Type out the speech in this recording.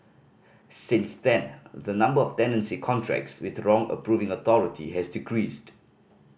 since then the number of tenancy contracts with wrong approving authority has decreased